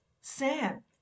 Sam